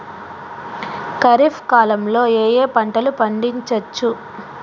ఖరీఫ్ కాలంలో ఏ ఏ పంటలు పండించచ్చు?